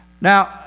Now